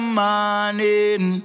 morning